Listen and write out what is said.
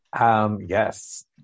Yes